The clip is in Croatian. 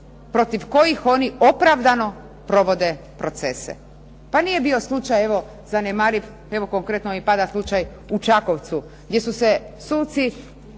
protiv kojih oni opravdano provode procese. Pa nije bio slučaj evo zanemariv, evo konkretno i pada slučaj u Čakovcu, gdje su se suci